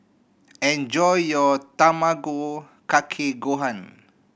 enjoy your Tamago Kake Gohan